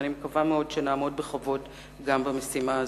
ואני מקווה מאוד שנעמוד בכבוד גם במשימה הזאת.